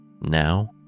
Now